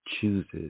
chooses